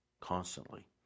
constantly